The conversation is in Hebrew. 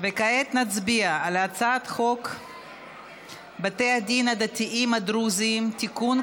וכעת נצביע על הצעת חוק בתי הדין הדתיים הדרוזיים (תיקון,